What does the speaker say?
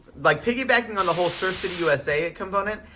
like piggybacking on the whole surf city, usa ah component.